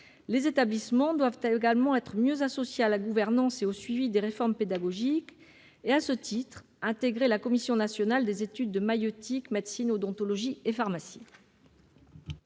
Les établissements doivent également être mieux associés à la gouvernance et au suivi des réformes pédagogiques, et à ce titre intégrer la Commission nationale des études de maïeutique, médecine, odontologie et pharmacie,